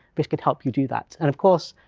this could help you do that. and of course,